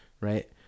right